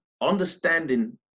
understanding